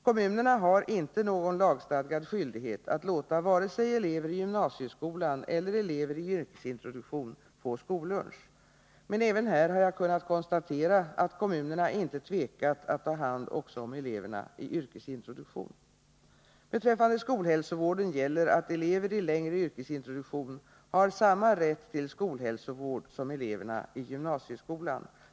Kommunerna har inte någon lagstadgad skyldighet att låta vare sig elever i gymnasieskolan eller elever i yrkesintroduktion få skollunch. Men även här har jag kunnat konstatera att kommunerna inte tvekat att ta hand också om eleverna i yrkesintroduktion. Beträffande skolhälsovården gäller att elever i längre yrkesintroduktion har samma rätt till skolhälsovård som eleverna i gymnasieskolan.